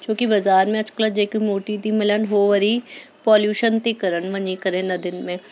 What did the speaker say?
छोकी बाज़ारि में अॼुकल्ह जेके मूर्ति थी मिलनि उहे वरी पॉल्यूशन थी कनि वञी करे नदियुनि में